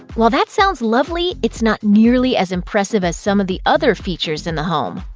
while that sounds lovely, it's not nearly as impressive as some of the other features in the home.